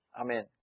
Amen